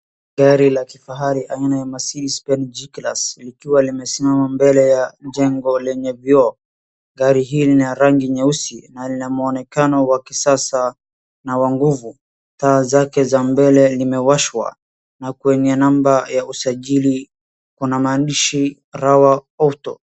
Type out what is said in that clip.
Gari la kifahari aina ya Mercedes-Benz G-Class likiwa limesimama mbele ya jengo lenye vioo. Gari hili ni la rangi nyeusi na lina muonekano wa kisasa na wa nguvu. Taa zake za mbele zimewashwa, na kwenye namba ya usajili kuna maandishi Rawa Auto.